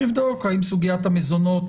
צריך לבדוק האם סוגיית המזונות